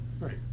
Right